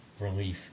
relief